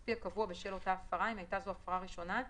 הכספי הקבוע בשל אותה הפרה אם הייתה זו הפרה ראשונה,